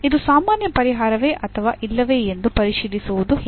ಇದು ಸಾಮಾನ್ಯ ಪರಿಹಾರವೇ ಅಥವಾ ಇಲ್ಲವೇ ಎಂದು ಪರಿಶೀಲಿಸುವುದು ಹೇಗೆ